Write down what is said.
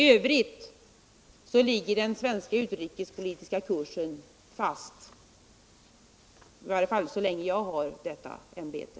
F. ö. ligger den svenska utrikespolitiska kursen fast, i varje fall så länge jag har detta ämbete.